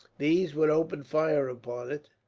these would open fire upon it,